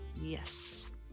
yes